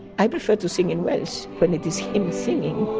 i prefer to sing in welsh, when it is hymn singing.